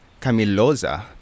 Camiloza